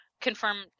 Confirm